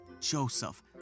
Joseph